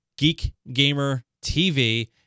GeekGamerTV